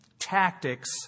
tactics